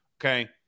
Okay